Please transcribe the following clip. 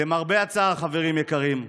למרבה הצער, חברים יקרים,